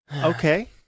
Okay